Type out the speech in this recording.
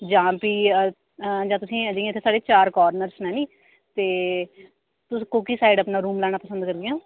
जां फ्ही तुसें जि'यां साढ़े इत्थै चार काॅर्नरस न नी जे तुस कोह्की साइड अपना रुम लैना पंसद करगी ओ